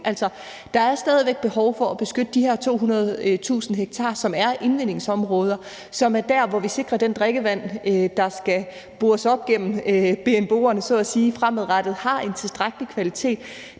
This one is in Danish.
Der er stadig væk behov for at beskytte de her 200.000 ha, som er indvindingsområder, og som er der, hvor vi sikrer, at det drikkevand, der skal bores op gennem BNBO'erne fremadrettet, har en tilstrækkelig kvalitet.